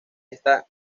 esta